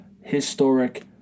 Historic